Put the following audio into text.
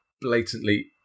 blatantly